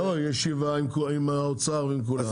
ישיבה עם האוצר ועם כולם.